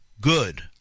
good